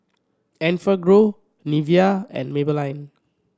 Enfagrow Nivea and Maybelline